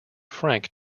frank